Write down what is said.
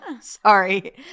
sorry